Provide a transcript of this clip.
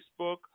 Facebook